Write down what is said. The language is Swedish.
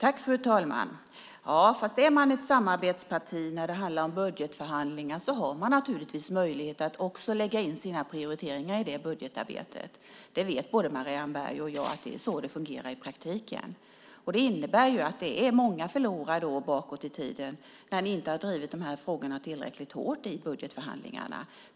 Fru talman! Är man ett samarbetsparti när det handlar om budgetförhandlingar har man naturligtvis möjlighet att också lägga in sina prioriteringar i det budgetarbetet. Både Marianne Berg och jag vet att det är så det fungerar i praktiken. Det innebär ju att det är många förlorade år bakåt i tiden när ni inte har drivit de här frågorna tillräckligt hårt i budgetförhandlingarna.